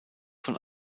von